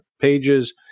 pages